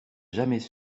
jamais